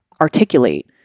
articulate